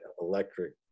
electric